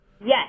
Yes